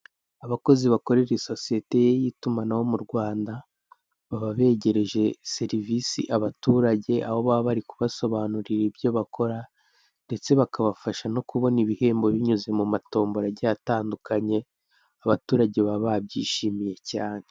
Abakozi bakorera isosiyete y'itumanaho murwanda, baba begereje serivise abaturage aho baba barikubasobanurira ibyo bakora ndetse bakabafasha no kubona ibihembo binyuze mu matombora agiye atandukanye, abaturage baba babyishimiye cyane.